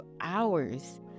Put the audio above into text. hours